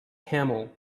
camel